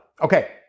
Okay